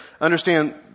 understand